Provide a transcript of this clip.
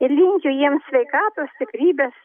ir linkiu jiems sveikatos stiprybės